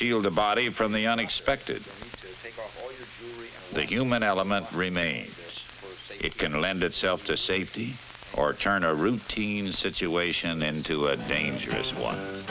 shield the body from the unexpected the human element remains it can lend itself to safety or turn a routine situation into a dangerous one